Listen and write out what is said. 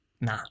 nah